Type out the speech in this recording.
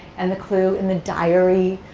and the clue in the diary,